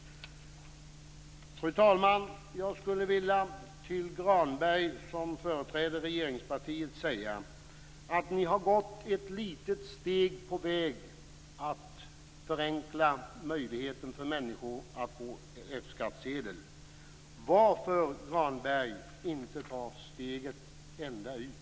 Fru talman! Jag skulle vilja säga till Granberg, som företräder regeringspartiet, att ni har gått ett litet steg på väg att förenkla möjligheten för människor att få F-skattsedel. Varför inte ta steget ända ut?